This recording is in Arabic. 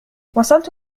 وصلت